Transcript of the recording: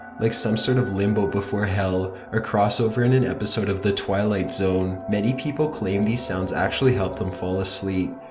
like some sort of limbo before hell, or cross-over in an episode of the twilight zone. many people claim these sounds actually help them fall asleep,